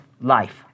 life